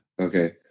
Okay